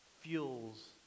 fuels